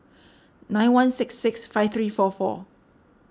nine one six six five three four four